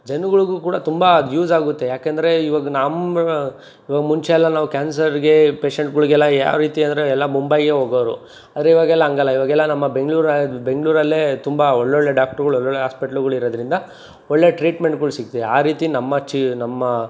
ಜನಗಳ್ಗೂ ಕೂಡ ತುಂಬ ಯೂಸಾಗುತ್ತೆ ಯಾಕೆಂದರೆ ಇವಾಗ ನಮ್ಮ ಇವಾಗ ಮುಂಚೆಯೆಲ್ಲ ನಾವು ಕ್ಯಾನ್ಸರ್ಗೆ ಪೇಶೆಂಟ್ಗಳಿಗೆಲ್ಲ ಯಾವ ರೀತಿ ಅಂದರೆ ಎಲ್ಲ ಮುಂಬೈಗೆ ಹೋಗೋರು ಆದರೆ ಇವಾಗೆಲ್ಲ ಹಂಗಲ್ಲ ಇವಾಗೆಲ್ಲ ನಮ್ಮ ಬೆಂಗಳೂರ ಬೆಂಗಳೂರಲ್ಲೇ ತುಂಬ ಒಳ್ಳೊಳ್ಳೆ ಡಾಕ್ಟ್ರ್ಗಳು ಒಳ್ಳೊಳ್ಳೆ ಹಾಸ್ಪೆಟ್ಲುಗಳಿರೋದ್ರಿಂದ ಒಳ್ಳೆ ಟ್ರೀಟ್ಮೆಂಟ್ಗಳು ಸಿಗ್ತವೆ ಆ ರೀತಿ ನಮ್ಮ ಚಿ ನಮ್ಮ